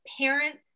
parents